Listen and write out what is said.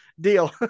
Deal